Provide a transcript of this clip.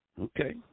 Okay